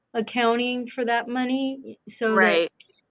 accounting for that money so right